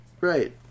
Right